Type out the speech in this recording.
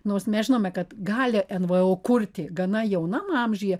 nors mes žinome kad gali nvo kurti gana jauname amžiuje